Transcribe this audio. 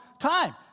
time